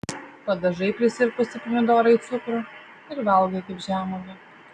padažai prisirpusį pomidorą į cukrų ir valgai kaip žemuogę